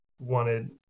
wanted